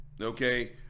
Okay